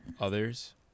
others